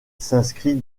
s’inscrit